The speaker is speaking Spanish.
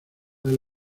del